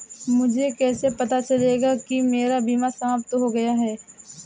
मुझे कैसे पता चलेगा कि मेरा बीमा समाप्त हो गया है?